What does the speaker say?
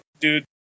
dude